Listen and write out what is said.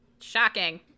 Shocking